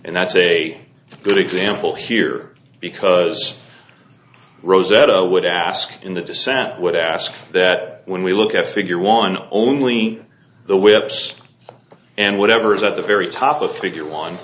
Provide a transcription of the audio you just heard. and that's a good example here because rosetta would ask in the dissent would ask that when we look at figure one only the whips and whatever is at the very top of the figure one